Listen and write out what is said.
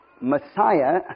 Messiah